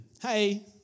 Hey